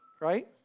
right